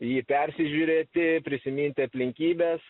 jį persižiūrėti prisiminti aplinkybes